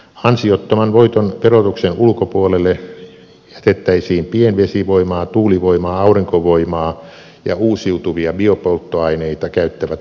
ansiottoman voiton verotuksen ulkopuolelle jätettäisiin pienvesivoimaa tuulivoimaa aurinkovoimaa ja uusiutuvia biopolttoaineita käyttävät voimalaitokset